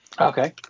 Okay